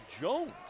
Jones